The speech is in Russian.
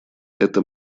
это